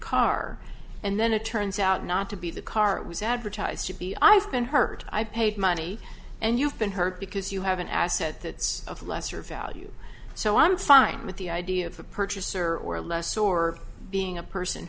car and then it turns out not to be the car it was advertised to be i've been hurt i paid money and you've been hurt because you have an asset that's of lesser value so i'm fine with the idea of the purchaser or less or being a person